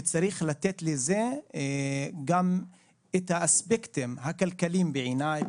וצריך לתת לזה גם את האספקטים הכלכליים בעיניי,